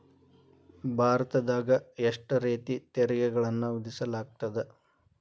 ಭಾರತದಾಗ ಎಷ್ಟ ರೇತಿ ತೆರಿಗೆಗಳನ್ನ ವಿಧಿಸಲಾಗ್ತದ?